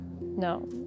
no